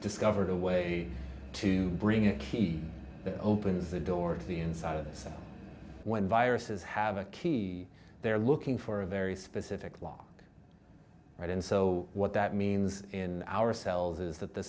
discovered a way to bring a key opens the door to the inside of the cell when viruses have a key they're looking for a very specific law right and so what that means in our cells is that the